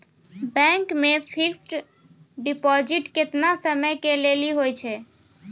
Bank मे fixed deposit केतना समय के लेली होय छै?